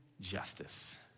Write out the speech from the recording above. justice